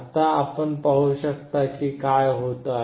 आता आपण पाहू शकता काय होत आहे